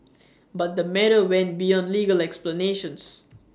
but the matter went beyond legal explanations